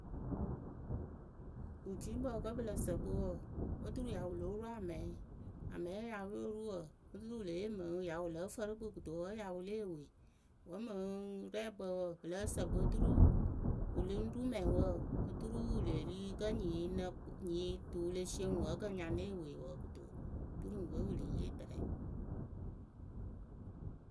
Wɨciikpǝ kǝ pɨ lǝ sǝ kpɨ wǝǝ oturu ya wɨ loo ru amɛŋyǝ amɛye wɨ hya wɨ lóo ru wǝǝ oturu wɨ lée mɨŋ ya wɨ lǝ́ǝ fǝrɨ kpɨ kɨto wǝ́ ya wɨ lée wee wǝ́ mɨŋ wɨrɛɛkpǝ wǝǝ pɨ lǝ́ǝ sǝ kpɨ oturu wɨ lɨŋ ru mɛŋwǝ oturu wɨ lee ri kǝ́ nyiyǝ nyii tuu le sie ŋwɨ ǝkǝ ya née wee wǝ kɨto oturu ŋ we wɨ lɨŋ yee tɨrɛ.